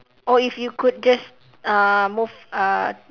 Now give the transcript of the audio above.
oh if you could just uh move uh